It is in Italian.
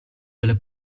delle